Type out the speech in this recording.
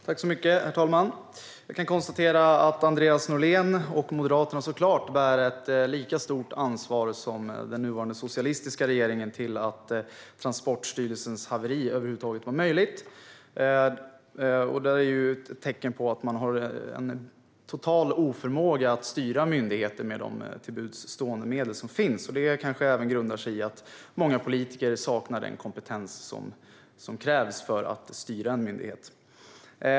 Herr talman! Jag kan konstatera att Andreas Norlén och Moderaterna såklart bär ett lika stort ansvar som den nuvarande socialistiska regeringen för att Transportstyrelsens haveri över huvud taget var möjligt. Det är ett tecken på en total oförmåga att styra myndigheter med till buds stående medel. Det kanske även grundar sig i att många politiker saknar den kompetens som krävs för att styra en myndighet.